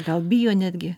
gal bijo netgi